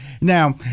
Now